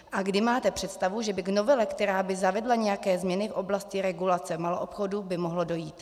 A kdy máte představu, že by k novele, která by zavedla nějaké změny v oblasti regulace maloobchodu, mohlo dojít?